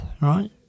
right